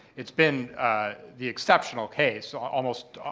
it's been the exceptional case, almost